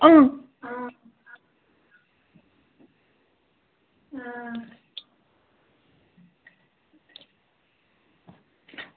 हां